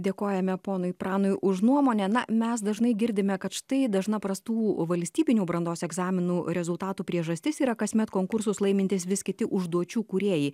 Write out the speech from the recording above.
dėkojame ponui pranui už nuomonę na mes dažnai girdime kad štai dažna prastų valstybinių brandos egzaminų rezultatų priežastis yra kasmet konkursus laimintys vis kiti užduočių kūrėjai